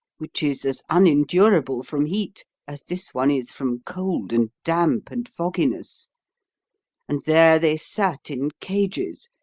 which is as unendurable from heat as this one is from cold and damp and fogginess and there they sat in cages,